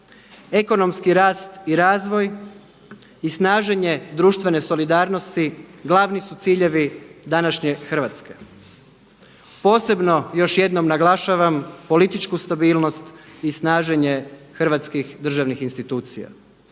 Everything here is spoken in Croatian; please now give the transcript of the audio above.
ekonomski rast i razvoj i snaženje društvene solidarnosti glavni su ciljevi današnje Hrvatske. Posebno još jednom naglašavam političku stabilnost i snaženje hrvatskih državnih institucija.